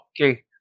okay